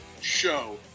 Show